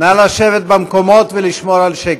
נא לשבת במקומות ולשמור על שקט.